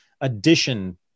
addition